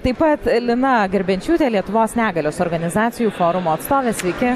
taip pat lina garbenčiūtė lietuvos negalios organizacijų forumo atstovė sveiki